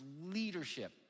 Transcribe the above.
leadership